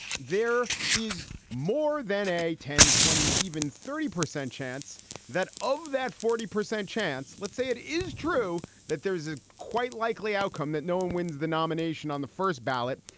there is more than a ten, twenty, even thirty percent chance that of that forty percent chance. let's say it is true that there is a quite likely outcome that no one wins the nomination on the first ballot.